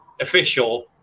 official